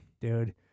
Dude